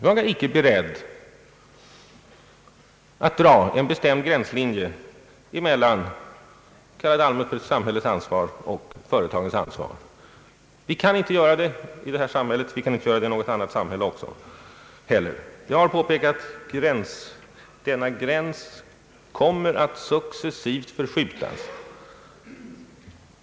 Jag är inte beredd att dra någon bestämd gränslinje mellan samhällets ansvar och företagens ansvar. Vi kan inte göra det i detta samhälle, och vi kan inte heller göra det i något annat samhälle. Jag har tidigare påpe kat att denna gräns successivt kommer att förskjutas.